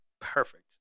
perfect